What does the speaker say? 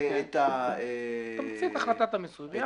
את תמצית החלטת המיסוי?